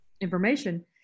information